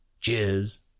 Cheers